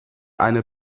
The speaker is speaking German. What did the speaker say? eine